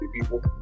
people